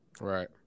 Right